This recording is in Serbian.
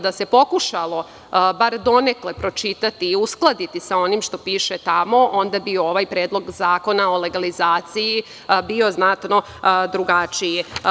Da se pokušalo bar donekle pročitati i uskladiti sa onim što tamo piše, onda bi ovaj Predlog zakona o legalizaciji bio znatno drugačiji.